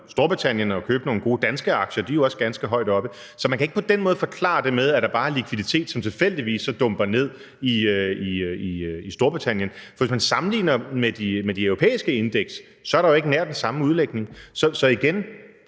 Storbritannien og købe nogle gode danske aktier. De er også ganske højt oppe. Så man kan ikke på den måde forklare det med, at der bare er likviditet, som tilfældigvis så dumper ned i Storbritannien, for hvis man sammenligner med de europæiske indeks, så er der jo ikke nær den samme udlægning. Så igen: